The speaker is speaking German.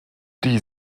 die